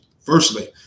firstly